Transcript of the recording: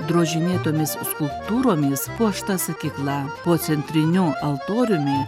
drožinėtomis skulptūromis puošta sakykla po centriniu altoriumi